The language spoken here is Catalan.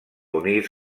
unir